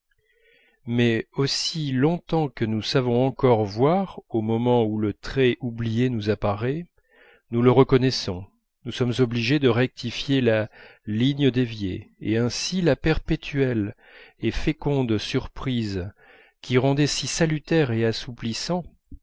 mais aussi longtemps que nous savons encore voir au moment où le trait oublié nous apparaît nous le reconnaissons nous sommes obligés de rectifier la ligne déviée et ainsi la perpétuelle et féconde surprise qui rendait si salutaires et assouplissants